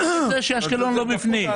אשקלון לא בפנים.